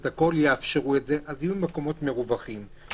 יהיו מקומות מרווחים,